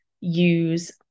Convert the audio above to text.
use